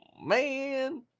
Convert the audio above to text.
man